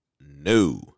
No